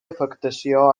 afectació